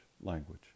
language